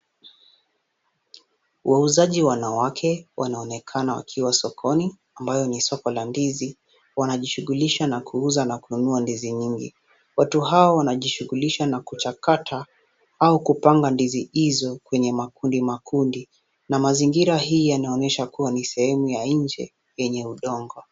Wauzaji wanawake wanaonekana wakiwa sokoni ambayo ni soko la ndizi, wanajishughulisha na kuuza na kununua ndizi nyingi, watu hao wanajishughulisha na kuchakata au kupanga ndizi hizo kwenye makundi makundi na mazingira hii inaonyesha kuwa ni sehemu ya nje yenye udongo.